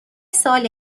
سال